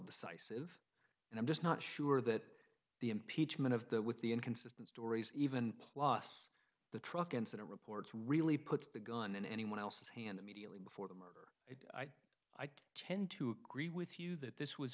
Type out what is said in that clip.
decisive and i'm just not sure that the impeachment of that with the inconsistent stories even plus the truck incident reports really puts the gun in anyone else's hand immediately before the murder i tend to agree with you that this was